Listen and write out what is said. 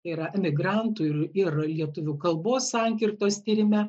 yra emigrantų ir ir lietuvių kalbos sankirtos tyrime